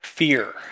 Fear